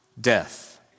death